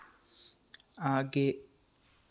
आगे